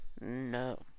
No